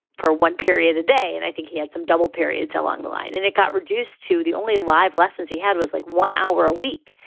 for one period a day. and i think he had some double periods along the line and it got reduced to the only life lessons he had was like one hour a week.